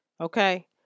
Okay